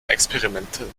experimenten